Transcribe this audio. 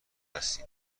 هستین